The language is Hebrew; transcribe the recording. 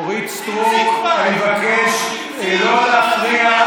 אורית סטרוק, אני מבקש לא להפריע.